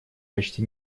почти